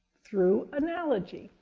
through analogy.